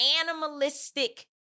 animalistic